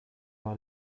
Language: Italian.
una